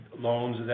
loans